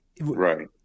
Right